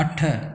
अठ